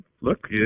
Look